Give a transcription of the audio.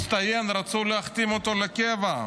הוא הצטיין, רצו להחתים אותו לקבע,